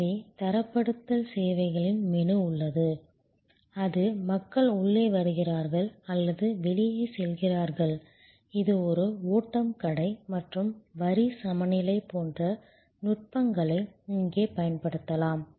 எனவே தரப்படுத்தல் சேவைகளின் மெனு உள்ளது அது மக்கள் உள்ளே வருகிறார்கள் அல்லது வெளியே செல்கிறார்கள் இது ஒரு ஓட்டம் கடை மற்றும் வரி சமநிலை போன்ற நுட்பங்களை இங்கே பயன்படுத்தலாம்